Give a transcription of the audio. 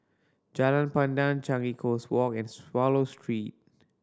Jalan Pandan Changi Coast Walk and Swallow Street